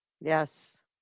Yes